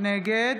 נגד